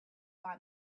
buy